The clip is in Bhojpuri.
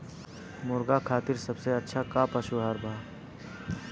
मुर्गा खातिर सबसे अच्छा का पशु आहार बा?